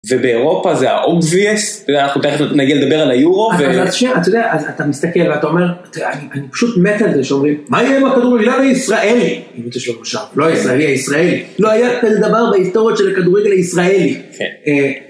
ובאירופה זה האובייס, אתה יודע, אנחנו תכף נגיע לדבר על היורו ו... אבל אתה שומע, אתה יודע, אתה מסתכל ואתה אומר, אני פשוט מת על זה, שאומרים, מה יהיה עם הכדורגלן הישראל? אם רוצה שבקושר, לא הישראלי, הישראלי. לא, היה כזה דבר בהיסטוריות של הכדורגל הישראלי. כן.